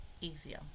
easier